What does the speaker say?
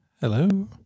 Hello